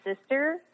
sister